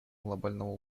глобального